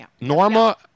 Norma